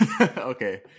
Okay